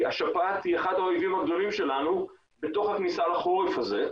כי השפעת היא אחד האויבים הגדולים שלנו בתוך הכניסה לחורף הזה,